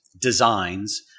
designs